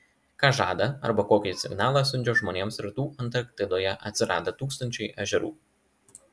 ką žada arba kokį signalą siunčia žmonėms rytų antarktidoje atsiradę tūkstančiai ežerų